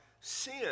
sin